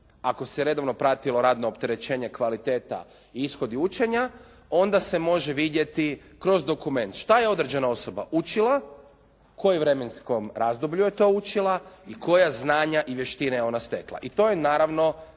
ako se redovno pratilo radno opterećenje kvaliteta i ishodi učenja onda se može vidjeti kroz dokument šta je određena osoba učila, u kojem vremenskom razdoblju je to učila i koja znanja i vještine ona stekla